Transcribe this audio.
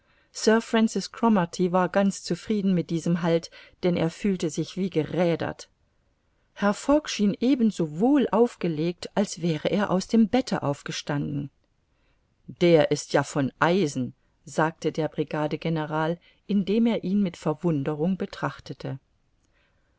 war ganz zufrieden mit diesem halt denn er fühlte sich wie gerädert herr fogg schien ebenso wohl aufgelegt als wäre er aus dem bette aufgestanden der ist ja von eisen sagte der brigadegeneral indem er ihn mit verwunderung betrachtete